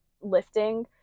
lifting